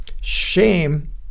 Shame